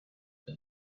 been